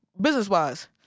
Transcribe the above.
business-wise